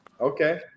Okay